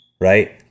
right